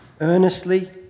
earnestly